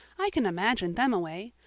i can imagine them away.